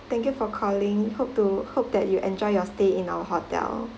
thank you for calling hope to hope that you enjoy your stay in our hotel